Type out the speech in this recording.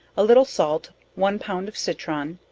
a little salt, one pound of citron,